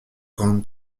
grant